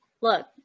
look